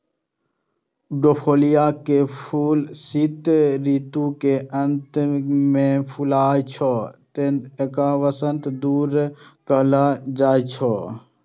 daffodil के फूल शीत ऋतु के अंत मे फुलाय छै, तें एकरा वसंतक दूत कहल जाइ छै